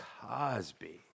Cosby